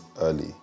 early